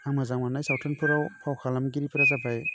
आं मोजां मोन्नाय सावथुनफोराव फाव खालामगिरिफोरा जाबाय